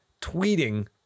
tweeting